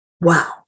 Wow